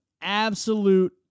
absolute